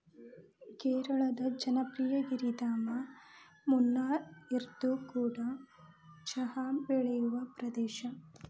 ಕೇರಳದ ಜನಪ್ರಿಯ ಗಿರಿಧಾಮ ಮುನ್ನಾರ್ಇದು ಕೂಡ ಚಹಾ ಬೆಳೆಯುವ ಪ್ರದೇಶ